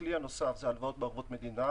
הכלי הנוסף זה הלוואות בערבות מדינה